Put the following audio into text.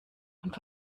und